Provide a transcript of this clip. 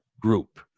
Group